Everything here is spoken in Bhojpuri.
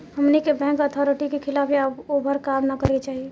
हमनी के बैंक अथॉरिटी के खिलाफ या ओभर काम न करे के चाही